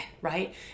right